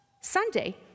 Sunday